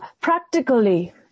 practically